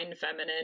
feminine